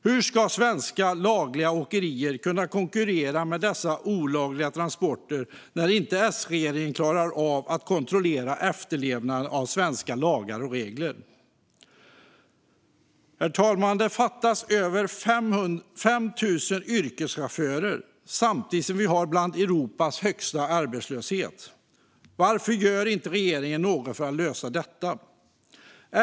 Hur ska svenska lagliga åkerier kunna konkurrera med dessa olagliga transporter när inte S-regeringen klarar av att kontrollera efterlevnaden av svenska lagar och regler? Herr talman! Det fattas över 5 000 yrkeschaufförer i Sverige, samtidigt som vi har bland Europas högsta arbetslöshet. Varför gör inte regeringen något för att lösa detta?